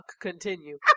continue